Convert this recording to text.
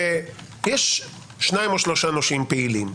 ויש שניים או שלושה נושים פעילים,